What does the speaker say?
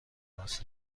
لباس